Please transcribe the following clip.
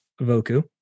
Voku